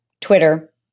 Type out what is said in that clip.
Twitter